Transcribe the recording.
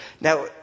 Now